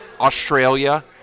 Australia